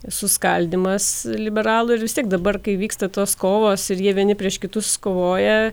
suskaldymas liberalų ir vis tiek dabar kai vyksta tos kovos ir jie vieni prieš kitus kovoja